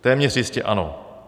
Téměř jistě ano.